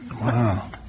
Wow